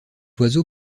oiseau